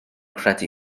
credu